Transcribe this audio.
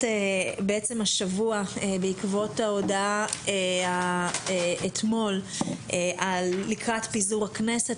בעקבות ההודעה אתמול לקראת פיזור הכנסת,